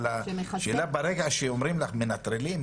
אבל ברגע שאומרים לך מנטרלים,